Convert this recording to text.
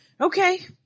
Okay